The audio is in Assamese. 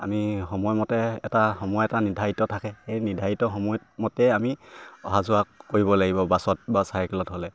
আমি সময়মতে এটা সময় এটা নিৰ্ধাৰিত থাকে সেই নিৰ্ধাৰিত সময়মতে আমি অহা যোৱা কৰিব লাগিব বাছত বা চাইকেলত হ'লে